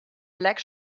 black